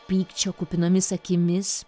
pykčio kupinomis akimis